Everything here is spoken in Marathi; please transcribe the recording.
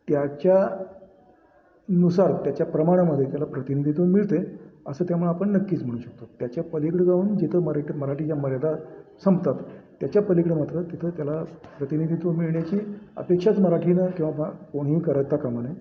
त्याच्या नुसार त्याच्या प्रमाणामध्ये त्याला प्रतिनिधित्व मिळते असं त्यामुळे आपण नक्कीच म्हणू शकतो त्याच्या पलीकडं जाऊन जिथं मराठी मराठीच्या मर्यादा संपतात त्याच्या पलीकडं मात्र तिथं त्याला प्रतिनिधित्व मिळण्याची अपेक्षाच मराठीनं किंवा बा कोणीही करतात कामा नये